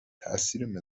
تاثیر